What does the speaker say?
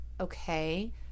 okay